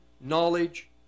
knowledge